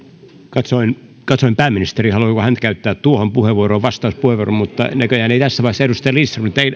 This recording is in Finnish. katsoin katsoin pääministeriä haluaako hän käyttää tuohon puheenvuoroon vastauspuheenvuoron mutta näköjään ei tässä